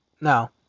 No